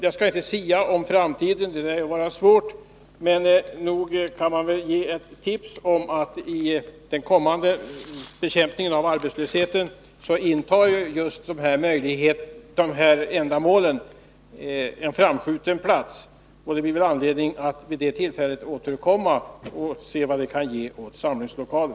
Jag skall inte sia om framtiden — det lär ju vara svårt. Men nog kan man väl ge ett tips om att just de här ändamålen vid den kommande bekämpningen av arbetslösheten intar en framskjuten plats. Det blir väl anledning att då återkomma och se vad det kan ge när det gäller samlingslokaler.